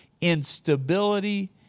Instability